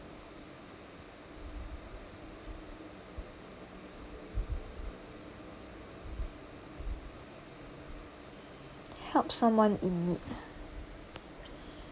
help someone in need ah